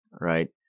right